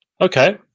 Okay